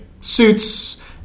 suits